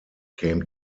came